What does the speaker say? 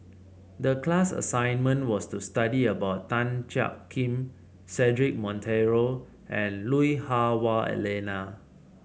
the class assignment was to study about Tan Jiak Kim Cedric Monteiro and Lui Hah Wah Elena